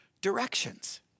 directions